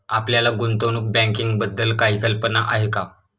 आपल्याला गुंतवणूक बँकिंगबद्दल काही कल्पना आहे का?